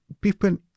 people